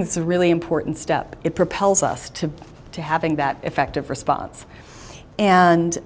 that's a really important step it propels us to to having that effective response and